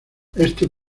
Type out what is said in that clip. este